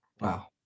Wow